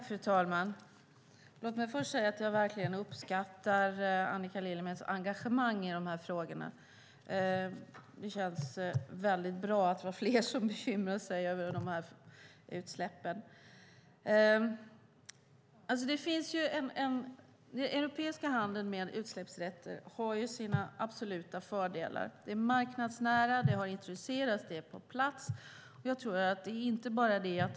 Fru talman! Låt mig först säga att jag verkligen uppskattar Annika Lillemets engagemang i dessa frågor. Det känns bra att vi är fler som bekymrar oss över utsläppen. Den europeiska handeln med utsläppsrätter har sina absoluta fördelar. Det är marknadsnära, det har introducerats och det är på plats.